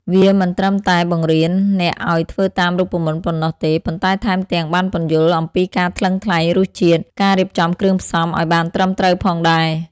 វាមិនត្រឹមតែបង្រៀនអ្នកឲ្យធ្វើតាមរូបមន្តប៉ុណ្ណោះទេ ប៉ុន្តែថែមទាំងបានពន្យល់អំពីការថ្លឹងថ្លែងរសជាតិ ការរៀបចំគ្រឿងផ្សំឲ្យបានត្រឹមត្រូវផងដែរ។